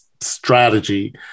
strategy